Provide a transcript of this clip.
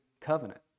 covenant